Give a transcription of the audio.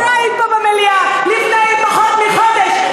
את לא היית פה במליאה לפני פחות מחודש,